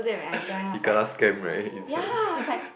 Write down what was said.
you kena scam right inside